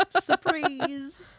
surprise